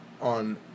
on